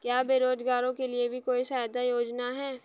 क्या बेरोजगारों के लिए भी कोई सहायता योजना है?